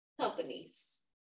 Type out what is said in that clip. companies